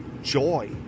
joy